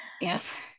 Yes